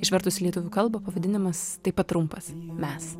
išvertus į lietuvių kalbą pavadinimas taip pat trumpas mes